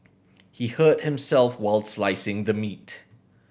he hurt himself while slicing the meat